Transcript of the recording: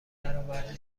برآورده